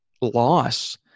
loss